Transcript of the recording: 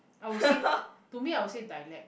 I would said to me I would say dialect